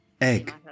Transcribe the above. egg